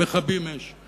ומכבים את האש.